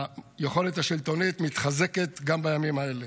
היכולת השלטונית מתחזקת גם בימים האלה.